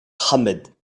ahmed